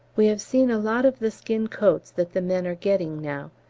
we have seen a lot of the skin coats that the men are getting now.